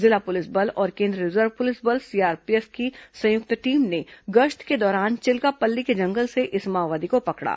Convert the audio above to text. जिला पुलिस बल और केंद्रीय रिजर्व पुलिस बल सीआरपीएफ की संयुक्त टीम ने गश्त के दौरान के चिल्कापल्ली के जंगल से इस माओवादी को पकड़ा